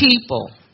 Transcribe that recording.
people